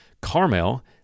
Carmel